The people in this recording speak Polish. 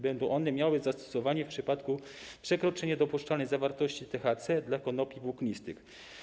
Będą one miały zastosowanie w przypadku przekroczenia dopuszczalnej zawartości THC dla konopi włóknistych.